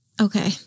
okay